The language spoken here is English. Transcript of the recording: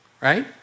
right